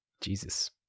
Jesus